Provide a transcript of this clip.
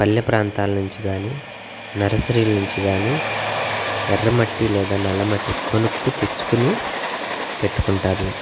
పల్లె ప్రాంతాల నుంచి కానీ నర్సరీల నుంచి కానీ ఎర్రమట్టి లేదా నల్ల మట్టి కొనుక్కు తెచ్చుకుని పెట్టుకుంటారు